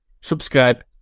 Subscribe